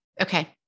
Okay